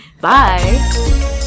Bye